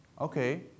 Okay